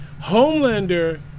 Homelander